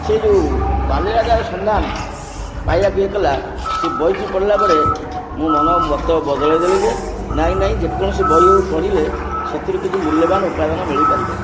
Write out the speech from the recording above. ସିଏ ଯେଉଁ ବାଲିରାଜାର ସନ୍ଧାନ ପାଇବାକୁ ଇଏ କଲା ସେ ବହିଟି ପଢ଼ିଲା ପରେ ମୁଁ ମନ ମତ ବଦଳେଇ ଦେଲି ଯେ ନାଇଁ ନାଇଁ ଯେକୌଣସି ବହି ହେଉ ପଢ଼ିଲେ ସେଥିରୁ କିଛି ମୂଲ୍ୟବାନ ଉପାଦାନ ମିଳିପାରିବ